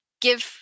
give